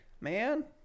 man